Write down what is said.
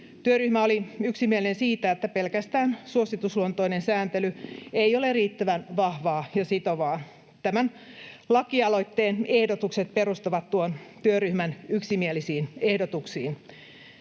Työryhmä oli yksimielinen siitä, että pelkästään suositusluontoinen sääntely ei ole riittävän vahvaa ja sitovaa. Tämän lakialoitteen ehdotukset perustuvat tuon työryhmän yksimielisiin ehdotuksiin.